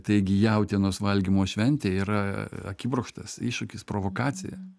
taigi jautienos valgymo šventė yra akibrokštas iššūkis provokacija